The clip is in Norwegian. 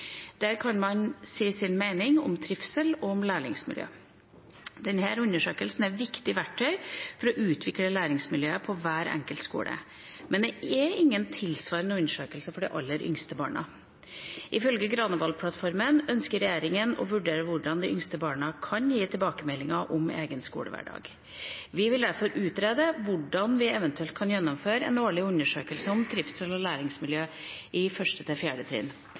kan få si sin mening om trivsel og læringsmiljø. Denne undersøkelsen er et viktig verktøy for å utvikle læringsmiljøet på hver enkelt skole. Men det er ingen tilsvarende undersøkelse for de aller yngste barna. Ifølge Granavolden-plattformen ønsker regjeringa å vurdere hvordan også de yngste barna skal kunne gi tilbakemeldinger om egen skolehverdag. Vi vil derfor utrede hvordan vi eventuelt kan gjennomføre en årlig undersøkelse om trivsel og læringsmiljø